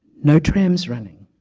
no trams running,